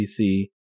PC